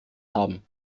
haben